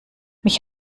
mich